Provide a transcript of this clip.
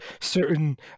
certain